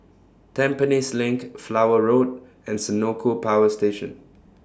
Tampines LINK Flower Road and Senoko Power Station